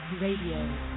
Radio